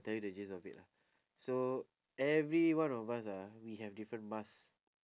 I tell you the gist of it lah so everyone of us ah we have different mask